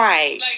Right